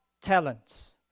talents